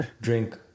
drink